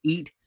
Eat